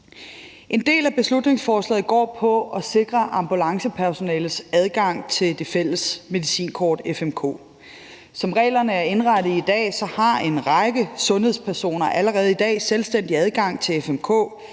En del af beslutningsforslaget går på at sikre ambulancepersonalet adgang til det fælles medicinkort, FMK. Som reglerne er indrettet i dag, har en række sundhedspersoner allerede selvstændig adgang til FMK,